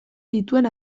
dituen